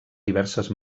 diverses